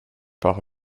par